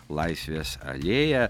laisvės alėja